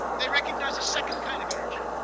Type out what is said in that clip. they recognized a second kind of energy,